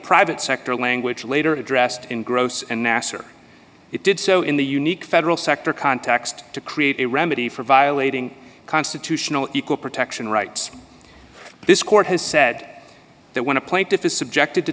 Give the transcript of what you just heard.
private sector language later addressed in gross and nasser it did so in the unique federal sector context to create a remedy for violating constitutional equal protection rights this court has said that when a plaintiff is subjected to